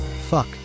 Fuck